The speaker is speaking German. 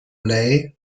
lay